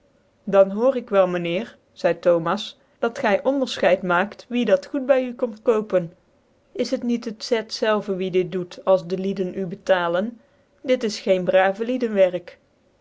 dan hoor ik wel myn heer zcide thomas dat gy onderfcheid maakt wie dat goed by u komt kopen is het niet hc iïi gefchiedenis van het zet zelve wie dit docd als de lieden u betalen dit is geen brave lieden werk